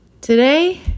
Today